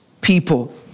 people